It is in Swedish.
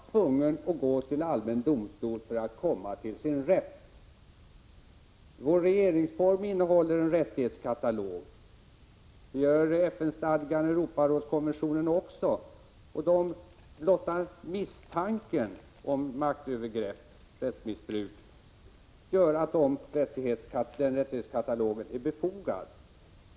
Fru talman! Jag har självfallet en lika positiv inställning till ideella föreningar som Lennart Andersson. Jag tillhör själv flera sådana; det gör vi säkert alla. Men erfarenheten har visat att allt inte är bra beställt. Jag har hänvisat till flera rättsfall från högsta domstolen som alla har det gemensamt att den enskilde varit tvungen att gå till allmän domstol för att få sin rätt. Vår regeringsform innehåller en rättighetskatalog. Det gör FN-stadgan och Europarådskonventionen också. Blotta misstanken om maktövergrepp och rättsmissbruk gör att den rättighetskatalogen är befogad.